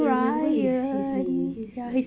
you remember his his name he's